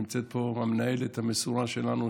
נמצאת המנהלת המסורה שלנו,